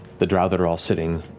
the drow that are all sitting,